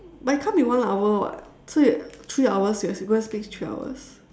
but it can't be one hour [what] so you three hours we are supposed to speak three hours